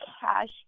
cash